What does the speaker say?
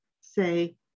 say